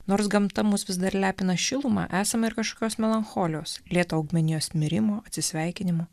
nors gamta mus vis dar lepina šiluma esama ir kažkokios melancholijos lėto augmenijos mirimo atsisveikinimo